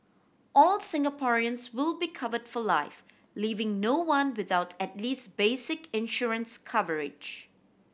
all Singaporeans will be covered for life leaving no one without at least basic insurance coverage